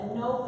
no